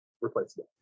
replaceable